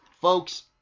Folks